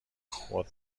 خود